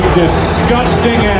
disgusting